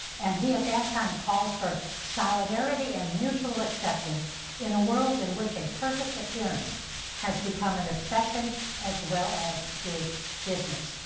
and he at that time called for solidarity and mutual acceptance in a world in which a perfect appearance has become an obsession as well as big business.